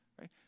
right